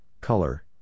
color